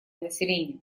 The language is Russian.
населения